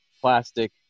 plastic